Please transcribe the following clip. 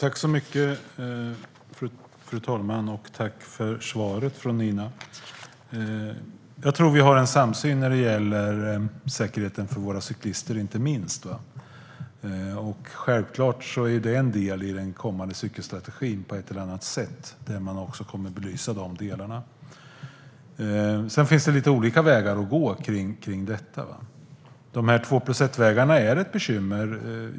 Fru talman! Jag tror att vi har en samsyn när det gäller inte minst säkerheten för våra cyklister. Självklart är den en del i den kommande cykelstrategin på ett eller annat sätt. Där kommer de delarna att belysas. Sedan finns det lite olika vägar att gå i detta. Två-plus-ett-vägarna är ett bekymmer.